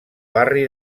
barri